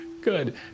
Good